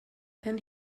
then